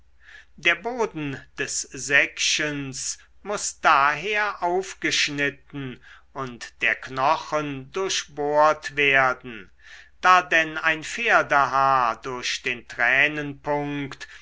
der boden des säckchens muß daher aufgeschnitten und der knochen durchbohrt werden da denn ein pferdehaar durch den